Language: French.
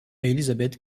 elizabeth